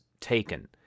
taken